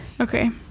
Okay